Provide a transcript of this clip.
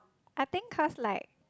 I think cause like